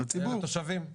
לתושבים.